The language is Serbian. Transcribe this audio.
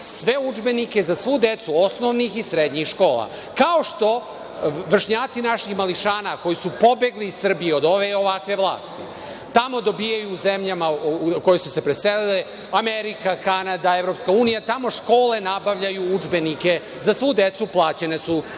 sve udžbenike za svu decu osnovnih i srednjih škola, kao što vršnjaci naših mališana koji su pobegli iz Srbije od ovakve vlasti, tamo dobijaju, u zemljama u kojima su se preselili, Amerika, Kanada, EU, tamo škole nabavljaju udžbenike, za svu decu plaćena su iz